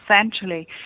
essentially